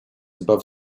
above